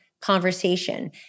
conversation